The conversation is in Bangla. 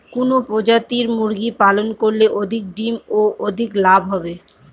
কোন প্রজাতির মুরগি পালন করলে অধিক ডিম ও অধিক লাভ হবে?